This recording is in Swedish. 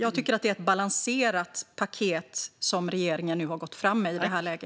Jag tycker att det är ett balanserat paket som regeringen har gått fram med i detta läge.